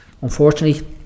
unfortunately